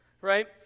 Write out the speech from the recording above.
right